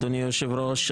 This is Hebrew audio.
אדוני היושב-ראש,